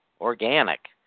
organic